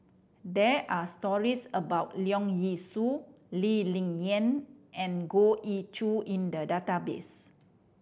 there are stories about Leong Yee Soo Lee Ling Yen and Goh Ee Choo in the database